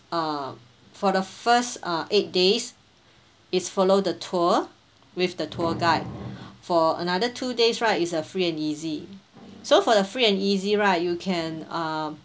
uh for the first uh eight days is follow the tour with the tour guide for another two days right is a free and easy so for the free and easy right you can um